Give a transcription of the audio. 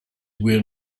where